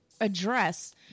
address